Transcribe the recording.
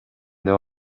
деп